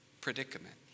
predicament